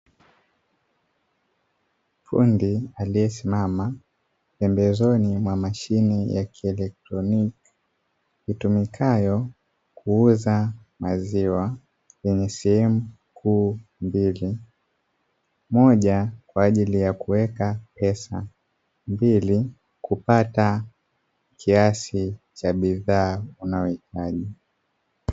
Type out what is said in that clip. Fundi aliyesimama pembezoni mwa mashine ya kielectroniki itumikayo kuuza maziwa yenye sehemu kuu mbili, moja kwa ajili ya kuweka pesa, mbili kuweka kiasi cha bidhaa unachohitaji.